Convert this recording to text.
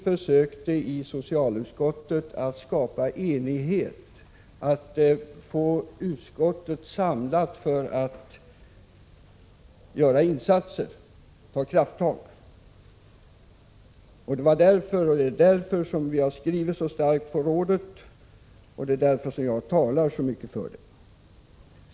Men i socialutskottet försökte vi skapa enighet, att få utskottet samlat för att göra insatser och ta krafttag. Det är därför som vi har skrivit så starkt beträffande rådet, och det är därför som vi talar så mycket för det.